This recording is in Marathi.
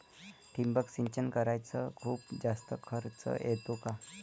ठिबक सिंचन कराच खूप जास्त खर्च येतो का?